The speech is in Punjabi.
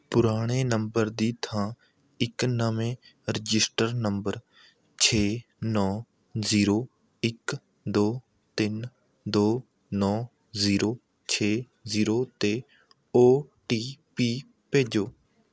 ਪੁਰਾਣੇ ਨੰਬਰ ਦੀ ਥਾਂ ਇੱਕ ਨਵੇਂ ਰਜਿਸਟਰ ਨੰਬਰ ਛੇ ਨੌਂ ਜ਼ੀਰੋ ਇੱਕ ਦੋ ਤਿੰਨ ਦੋ ਨੌਂ ਜ਼ੀਰੋ ਛੇ ਜ਼ੀਰੋ 'ਤੇ ਓ ਟੀ ਪੀ ਭੇਜੋ